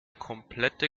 komplette